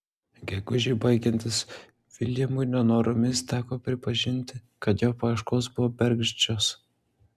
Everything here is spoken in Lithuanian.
gegužei baigiantis viljamui nenoromis teko pripažinti kad jo paieškos buvo bergždžios